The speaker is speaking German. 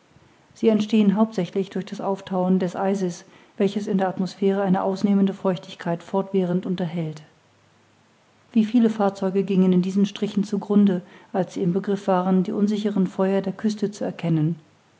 sie entstehen hauptsächlich durch das aufthauen des eises welches in der atmosphäre eine ausnehmende feuchtigkeit fortwährend unterhält wie viele fahrzeuge gingen in diesen strichen zu grunde als sie im begriff waren die unsicheren feuer der küste zu erkennen